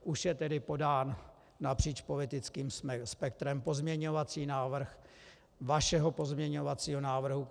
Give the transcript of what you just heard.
Už je tedy podán napříč politickým spektrem pozměňovací návrh vašeho pozměňovacího návrhu.